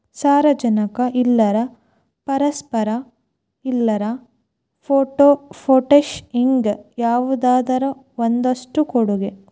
ಸಾರಜನಕ ಇಲ್ಲಾರ ಪಾಸ್ಪರಸ್, ಇಲ್ಲಾರ ಪೊಟ್ಯಾಶ ಹಿಂಗ ಯಾವದರ ಒಂದಷ್ಟ ಕೊಡುದು